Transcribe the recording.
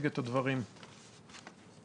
ממשרד